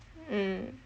mm